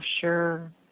sure